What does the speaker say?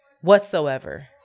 whatsoever